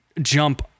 jump